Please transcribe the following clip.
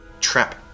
trap